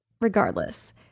Regardless